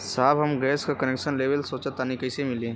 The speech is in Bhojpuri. साहब हम गैस का कनेक्सन लेवल सोंचतानी कइसे मिली?